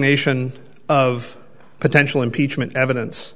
designation of potential impeachment evidence